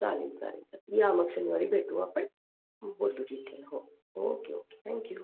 चालेल चालेल या मग शनिवारी भेटू आपण बोलू ठीक आहे हो ओके ओके थँक यू